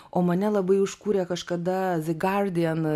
o mane labai užkūrė kažkada gardian